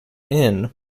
inn